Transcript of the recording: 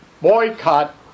boycott